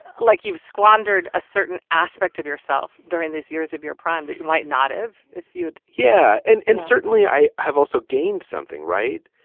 like you've squandered a certain aspect of yourself during these years of your prime that you might not have if you would yeah and and certainly i have also gained something right.